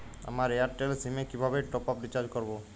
আমার Airtel SIM এ কিভাবে টপ আপ রিচার্জ করবো?